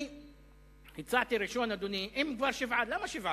אני הצעתי ראשון, אדוני, שאם כבר שבעה, למה שבעה?